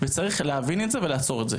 וצריך להבין את זה ולעצור את זה.